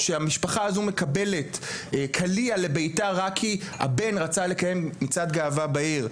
שהמשפחה הזו מקבלת קליע לביתה רק כי הבן רצה לקיים מצעד גאווה בעיר.